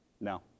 no